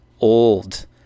old